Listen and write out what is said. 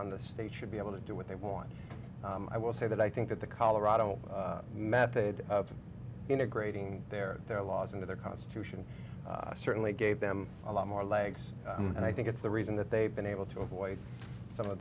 on the state should be able to do what they want i will say that i think that the colorado method of integrating their their laws into the constitution certainly gave them a lot more legs and i think it's the reason that they've been able to avoid some of